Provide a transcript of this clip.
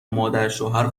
مادرشوهر